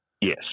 Yes